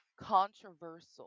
Controversial